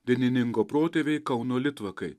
dainininko protėviai kauno litvakai